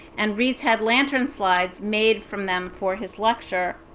and riis had lantern slides made from them for his lecture.